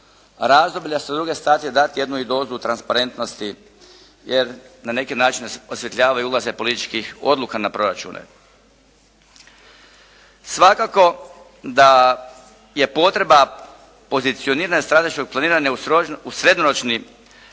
razdoblje, a sa druge strane dati jednu dozu transparentnosti, jer na neki način osvjetljava i ulaze političkih odluka na proračune. Svakako da je potreba pozicioniranja stranačkog planiranja u srednjoročni